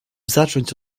zacząć